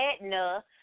Edna